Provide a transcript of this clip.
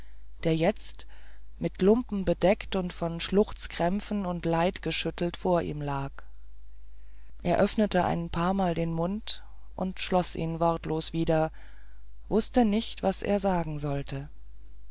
der jetzt mit lumpen bedeckt und von schluchzkrämpfen und leid geschüttelt vor ihm lag er öffnete ein paarmal den mund und schloß ihn wortlos wieder wußte nicht was er sagen sollte